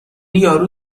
یارو